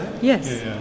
Yes